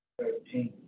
thirteen